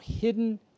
hidden